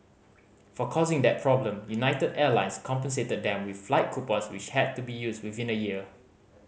for causing that problem United Airlines compensated them with flight coupons which had to be used within a year